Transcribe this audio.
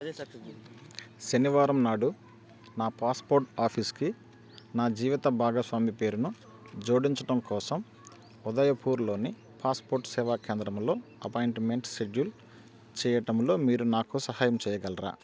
శనివారం నాడు నా పాస్పోర్ట్ ఆఫీస్కి నా జీవిత భాగస్వామి పేరున జోడించటం కోసం ఉదయపూర్లోని పాస్పోర్ట్ సేవా కేంద్రములో అపాయింట్మెంట్ షెడ్యూల్ చేయటంలో మీరు నాకు సహాయం చేయగలరా